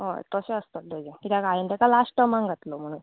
हय तशें आसतलें तेजें कित्याक हांयेन तेका लास्ट टर्माक घातलो म्हुणून